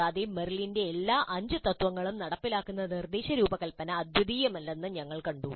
കൂടാതെ മെറിലിന്റെ എല്ലാ അഞ്ച് തത്ത്വങ്ങളും നടപ്പിലാക്കുന്ന നിർദ്ദേശ രൂപകൽപ്പന അദ്വിതീയമല്ലെന്നും ഞങ്ങൾ കണ്ടു